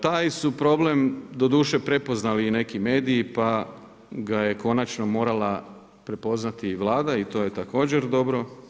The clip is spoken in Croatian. Taj su problem doduše prepoznali i neki mediji pa ga je konačno morala prepoznati i Vlada i to je također dobro.